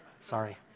Sorry